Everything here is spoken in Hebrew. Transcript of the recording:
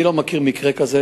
אני לא מכיר מקרה כזה,